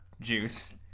juice